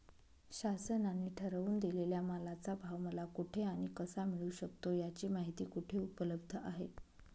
शासनाने ठरवून दिलेल्या मालाचा भाव मला कुठे आणि कसा मिळू शकतो? याची माहिती कुठे उपलब्ध आहे?